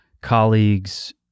colleagues